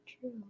True